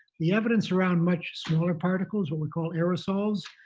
the evidence around much smaller particles, what we call aerosols,